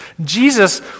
Jesus